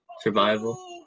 Survival